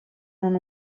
non